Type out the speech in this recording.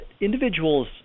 individuals